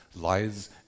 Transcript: lies